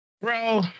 bro